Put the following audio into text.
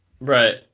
Right